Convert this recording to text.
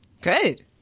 Good